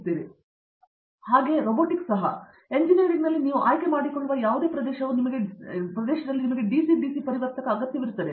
Deepa Venkatesh robotics ಸಹ ಎಂಜಿನಿಯರಿಂಗ್ನಲ್ಲಿ ನೀವು ಆಯ್ಕೆ ಮಾಡಿಕೊಳ್ಳುವ ಯಾವುದೇ ಪ್ರದೇಶವು ನಿಮಗೆ ಡಿಸಿ ಡಿಸಿ ಪರಿವರ್ತಕ ಅಗತ್ಯವಿರುತ್ತದೆ